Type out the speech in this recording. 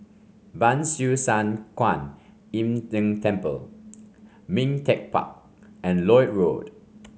Ban Siew San Kuan Im Tng Temple Ming Teck Park and Lloyd Road